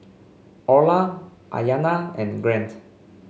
Orla Aiyana and Grant